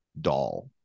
doll